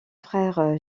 frère